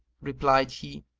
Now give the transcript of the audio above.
replied he,